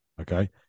okay